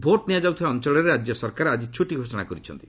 vote ନିଆଯାଉଥିବା ଅଞ୍ଚଳରେ ରାଜ୍ୟ ସରକାର ଆଜି ଛୁଟି ଘୋଷଣା କରିଛନ୍ତି